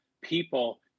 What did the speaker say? people